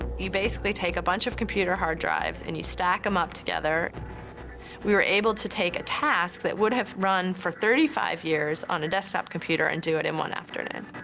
you basically take a bunch of computer hard drives and you stack them up together we were able to take a task that would have run for thirty five years on a desktop computer and do it in one afternoon.